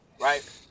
right